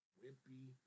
wimpy